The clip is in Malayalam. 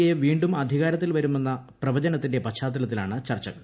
എ വീണ്ടും അധികാരത്തിൽ വരുമെന്ന പ്രവചനത്തിന്റെ പശ്ചാത്തലത്തിലാണ് ചർച്ചകൾ